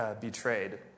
betrayed